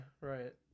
Right